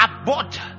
abort